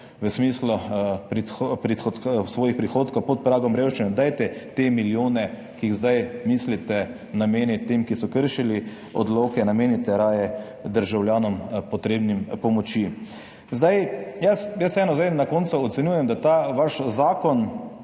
v smislu svojih prihodkov še vedno živijo pod pragom revščine. Dajte te milijone, ki jih zdaj mislite nameniti tem, ki so kršili odloke, namenite raje državljanom, potrebnim pomoči. Vseeno zdaj na koncu ocenjujem, da je ta vaš zakon,